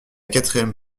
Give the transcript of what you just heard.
quatrième